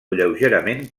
lleugerament